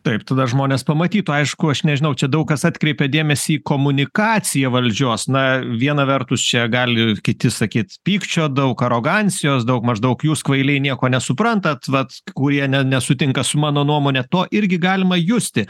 taip tada žmonės pamatytų aišku aš nežinau čia daug kas atkreipia dėmesį į komunikaciją valdžios na viena vertus čia gali kiti sakyt pykčio daug arogancijos daug maždaug jūs kvailiai nieko nesuprantat vat kurie ne nesutinka su mano nuomone to irgi galima justi